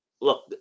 Look